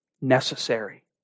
Necessary